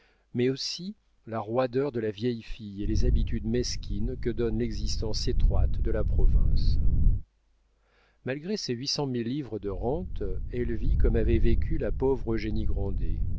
mais aussi la roideur de la vieille fille et les habitudes mesquines que donne l'existence étroite de la province malgré ses huit cent mille livres de rente elle vit comme avait vécu la pauvre eugénie